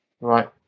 Right